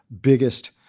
biggest